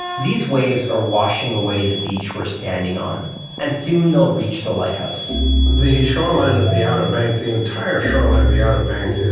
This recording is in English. these waves are washing away the beach were standing on and soon they'll reach the lighthouse the shoreline of the outer banks, the entire shoreline of the outer banks,